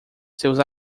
seus